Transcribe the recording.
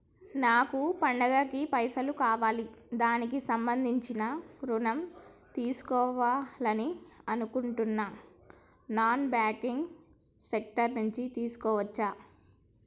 నాకు పండగ కి పైసలు కావాలి దానికి సంబంధించి ఋణం తీసుకోవాలని అనుకుంటున్నం నాన్ బ్యాంకింగ్ సెక్టార్ నుంచి తీసుకోవచ్చా?